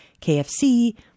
KFC